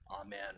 Amen